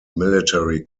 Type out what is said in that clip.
military